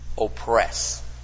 Oppress